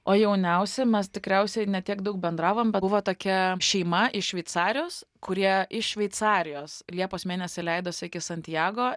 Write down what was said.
o jauniausi mes tikriausiai ne tiek daug bendravom bet buvo tokia šeima iš šveicarijos kurie iš šveicarijos liepos mėnesį leidos iki santiago